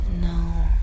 No